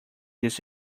this